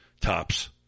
tops